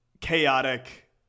chaotic